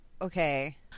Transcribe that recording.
okay